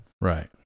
Right